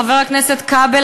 חבר הכנסת כבל,